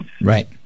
Right